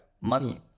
Money